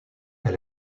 elle